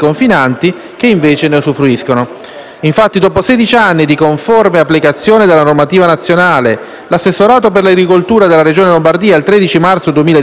Dopo sedici anni di conforme applicazione della normativa nazionale, l'assessorato per l'agricoltura della Regione Lombardia il 13 marzo 2017 ha formulato